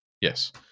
Yes